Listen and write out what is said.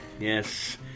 Yes